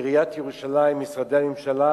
עיריית ירושלים, משרדי הממשלה,